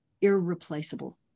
irreplaceable